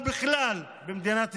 ובכלל במדינת ישראל.